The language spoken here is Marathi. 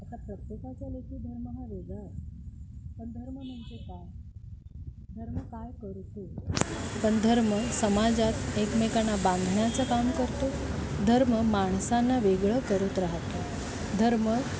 आता प्रत्येकाच्या लेखी धर्म हा वेगळा पण धर्म म्हणजे काय धर्म काय करतो पण धर्म समाजात एकमेकांना बांधण्याचं काम करतो धर्म माणसांना वेगळं करत राहतो धर्म